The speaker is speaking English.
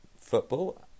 football